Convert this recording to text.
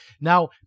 Now